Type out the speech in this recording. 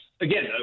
again